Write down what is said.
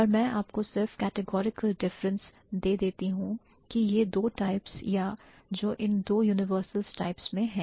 पर मैं आपको सिर्फ categorical difference स्पष्ट अंतर दे देती हूं कि यह दो टाइप्स या जो इन दो यूनिवर्सल टाइप्स में हैं